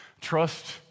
Trust